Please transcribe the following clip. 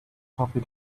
coffee